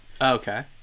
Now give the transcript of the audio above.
Okay